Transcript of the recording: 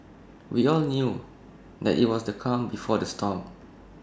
we all knew that IT was the calm before the storm